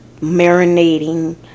marinating